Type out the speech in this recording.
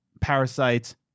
Parasites